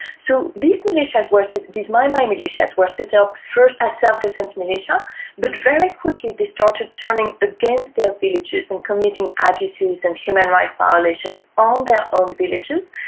so these militias, so these mai-mai militias, were set up first as self-defence militia but very quickly they started turning against their villages and committing ah abuses and human rights violations on their own villages.